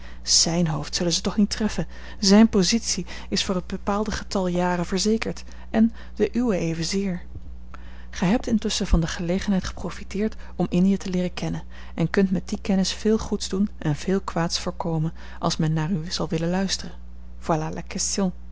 zijn hoofd zullen ze toch niet treffen zijne positie is voor het bepaalde getal jaren verzekerd en de uwe evenzeer gij hebt intusschen van de gelegenheid geprofiteerd om indië te leeren kennen en kunt met die kennis veel goeds doen en veel kwaads voorkomen als men naar u zal willen luisteren voilà